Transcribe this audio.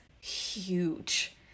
huge